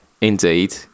Indeed